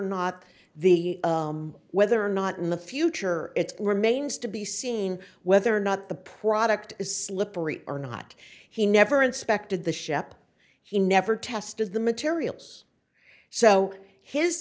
not the whether or not in the future it remains to be seen whether or not the product is slippery or not he never inspected the shop he never tested the materials so his